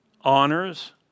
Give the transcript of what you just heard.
honors